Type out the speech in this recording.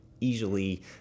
easily